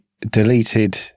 deleted